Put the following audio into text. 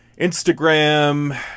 Instagram